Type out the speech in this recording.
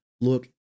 look